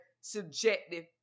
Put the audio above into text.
subjective